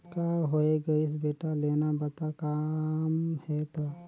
का होये गइस बेटा लेना बता का काम हे त